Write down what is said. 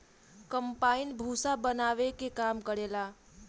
combine भूसा बानावे के काम करेला